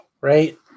right